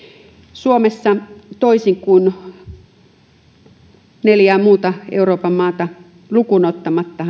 suomessa neljää euroopan maata lukuun ottamatta